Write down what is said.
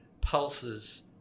pulses